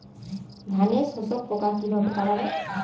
ধানে শোষক পোকা কিভাবে তাড়াব?